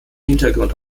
hintergrund